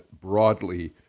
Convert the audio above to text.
broadly